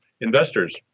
investors